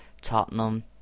Tottenham